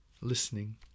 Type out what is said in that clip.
listening